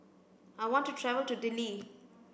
I want to travel to Dili